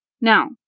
Now